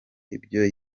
ibyo